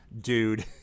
dude